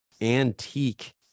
antique